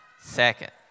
Second